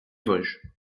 vosges